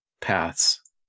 paths